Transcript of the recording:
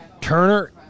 Turner